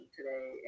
Today